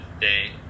day